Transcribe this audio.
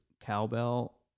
cowbell